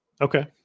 Okay